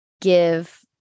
give